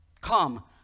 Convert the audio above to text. Come